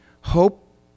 Hope